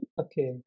Okay